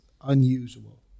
unusual